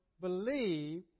believe